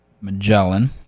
Magellan